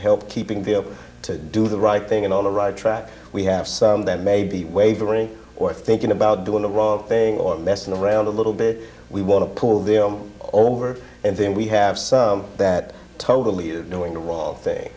help keeping the up to do the right thing and all the right track we have some that may be wavering or thinking about doing the wrong thing or messing around a little bit we want to pull them over and then we have some that totally doing the wall thing